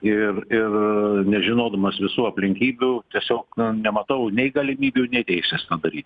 ir ir nežinodamas visų aplinkybių tiesiog nematau nei galimybių nei teisės to daryti